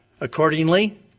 Accordingly